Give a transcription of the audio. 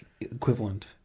equivalent